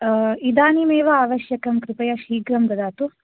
इदानीम् एव आवश्यकं कृपया शीघ्रं ददातु